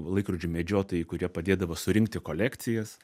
laikrodžių medžiotojai kurie padėdavo surinkti kolekcijas